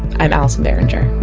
i'm allison behringer